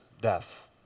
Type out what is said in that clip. death